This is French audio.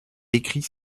décrit